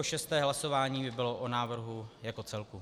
Šesté hlasování by bylo o návrhu jako celku.